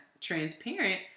transparent